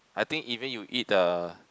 I think even you eat the